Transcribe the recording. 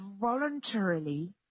voluntarily